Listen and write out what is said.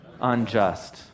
unjust